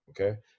Okay